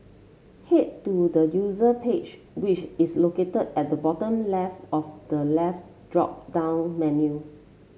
head to the user page which is located at the bottom left of the left drop down menu